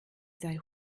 sei